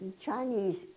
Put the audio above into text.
Chinese